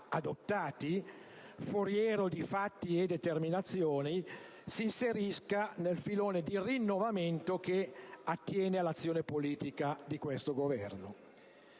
adottati, foriero di fatti e determinazioni, si inserisca nel filone di rinnovamento che attiene all'azione politica di questo Governo.